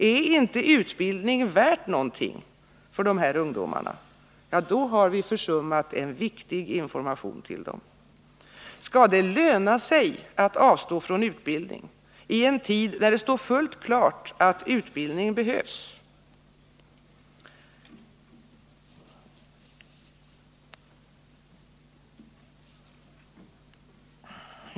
Är inte utbildning värd någonting för de här ungdomarna — då har vi försummat en viktig information till dem! Skall det löna sig att avstå från utbildning, i en tid då det står fullt klart att utbildning behövs?